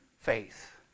faith